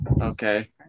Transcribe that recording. Okay